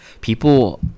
People